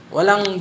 Walang